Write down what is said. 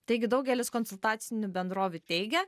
taigi daugelis konsultacinių bendrovių teigia